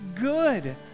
good